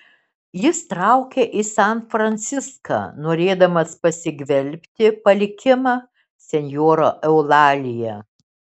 jis traukia į san franciską norėdamas pasigvelbti palikimą senjora eulalija